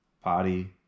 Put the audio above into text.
potty